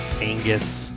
Angus